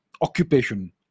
occupation